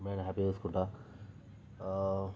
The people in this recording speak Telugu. అమ్మని హ్యాపీ చేసుకుంటాను